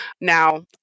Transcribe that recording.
Now